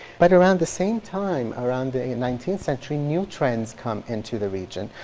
but around the same time, around the nineteenth century, new trends come into the region.